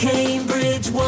Cambridge